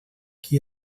qui